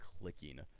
clicking